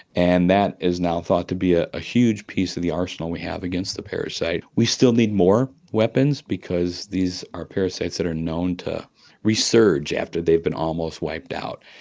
and that is now thought to be a ah huge piece of the arsenal we have against the parasite. we still need more weapons because these are parasites that are known to resurge after they've been almost wiped out.